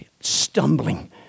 Stumbling